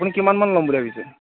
আপুনি কিমান মান ল'ম বুলি ভাবিছে